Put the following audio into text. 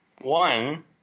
one